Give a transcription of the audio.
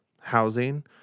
housing